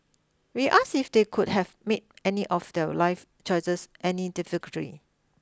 we asked if they could have made any of their life choices any differently